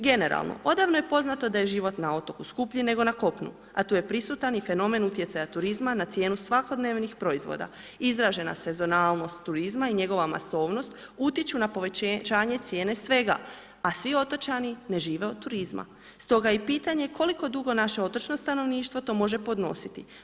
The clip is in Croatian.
Generalno, odavno je poznato da je život na otoku skuplji nego na kopnu a tu je prisutan i fenomen utjecaja turizma na cijenu svakodnevnih proizvoda, izražena sezonalnost turizma i njegova masovnost utiču na povećanje cijene svega a svi otočani ne žive od turizma stoga i pitanje koliko dugo naše otočno stanovništvo to može podnositi?